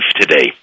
today